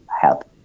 help